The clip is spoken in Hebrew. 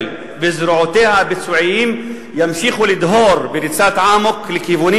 וזרועותיה הביצועיות ימשיכו לדהור בריצת אמוק לכיוונים